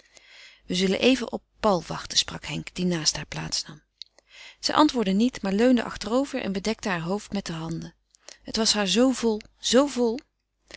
we zullen even op paul wachten sprak henk die naast haar plaats nam zij antwoordde niet maar leunde achterover en bedekte heur hoofd met de handen het was haar zoo vol zoo vol